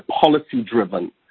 policy-driven